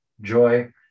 joy